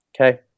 Okay